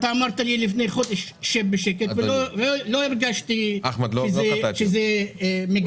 אתה אמרת לי לפני חודש "שב בשקט" ולא הרגשתי שזה מגדרי.